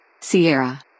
Sierra